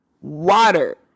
water